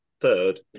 third